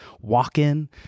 walk-in